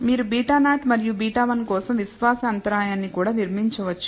మీరు β0 మరియు β1 కోసం విశ్వాస అంతరాయాన్ని కూడా నిర్మించవచ్చు